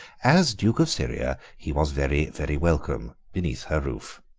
as duke of syria, he was very, very welcome beneath her roof.